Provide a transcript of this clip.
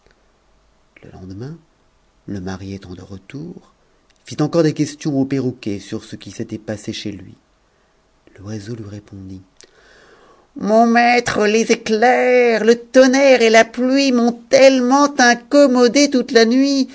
le lendemain le mari étant de retour fit encore des questions au perroquet sur ce qui s'était passé chez lui l'oiseau lui répondit mon maître les éclairs le tonnerre et la pluie m'ont tellement incommodé toute la nuit